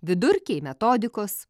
vidurkiai metodikos